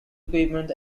equipment